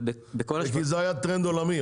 זה כי זה היה טרנד עולמי,